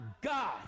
God